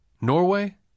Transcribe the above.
Norway